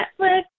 Netflix